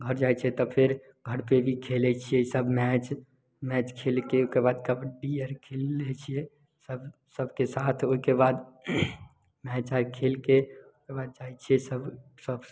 घर जायके तब फेर घर पे भी खेलै छियै सब मैच मैच खेलके ओइकेबाद कबड्डी आर खेलही लय छिअय तब सबके साथ ओइकेबाद धायँ धायँ खेलके ओइकेबाद फेर सब